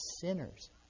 sinners